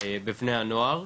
בבני הנוער,